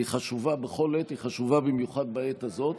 היא חשובה בכל עת, היא חשובה במיוחד בעת הזאת,